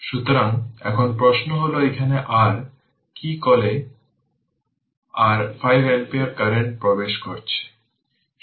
সুতরাং শুধুমাত্র এই অংশ আছে